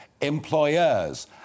employers